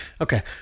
Okay